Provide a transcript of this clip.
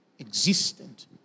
existent